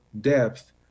depth